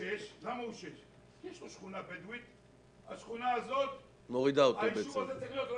לקחו את הסימפטום הזה והפכו אותו להיות הפתרון.